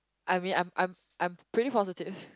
I mean I'm I'm I'm pretty positive